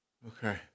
Okay